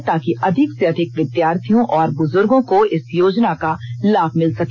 ताकि अधिक से अधिक विधार्थियों और बुजूर्गो को इस योजना का लाभ मिल सके